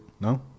No